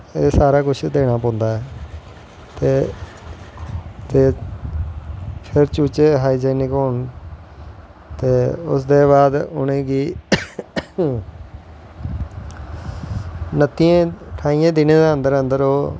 एह् सारा कुश देनां पौंदा ऐ ते फिर चूज़े जियां कि हून ते उसदे बाद उनेंगी मतलव के ठहाईयें दिनें दे अन्दर अन्दर ओह्